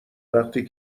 وقتی